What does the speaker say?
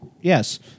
Yes